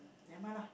nevermind lah